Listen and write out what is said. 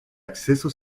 acceso